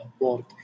board